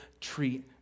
treat